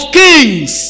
kings